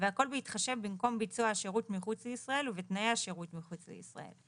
והכל בהתחשב במקום ביצוע השירות מחוץ לישראל ובתנאי השירות מחוץ לישראל: